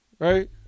Right